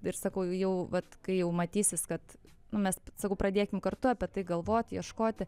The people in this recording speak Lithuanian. ir sakau jau vat kai jau matysis kad nu mes sakau pradėkim kartu apie tai galvoti ieškoti